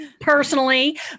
personally